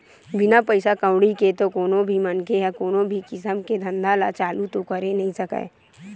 बिना पइसा कउड़ी के तो कोनो भी मनखे ह कोनो भी किसम के धंधा ल चालू तो करे नइ सकय